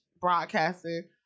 broadcasting